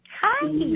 Hi